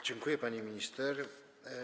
Dziękuję, pani minister.